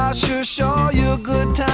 sure show you a good